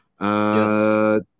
Yes